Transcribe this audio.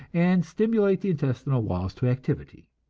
and stimulate the intestinal walls to activity.